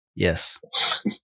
Yes